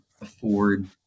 afford